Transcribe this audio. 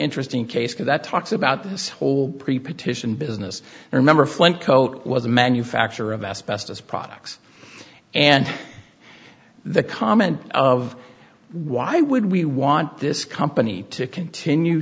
interesting case because that talks about this whole pre partition business remember flint cote was a manufacturer of asbestos products and the comment of why would we want this company to continue